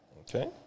Okay